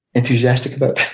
enthusiastic about